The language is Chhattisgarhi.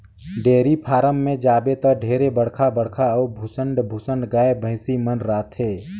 डेयरी फारम में जाबे त ढेरे बड़खा बड़खा अउ भुसंड भुसंड गाय, भइसी मन रथे